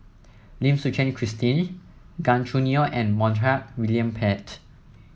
Lim Suchen Christine Gan Choo Neo and Montague William Pett